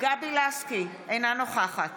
אינה נוכחת